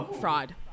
fraud